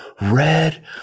red